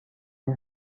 این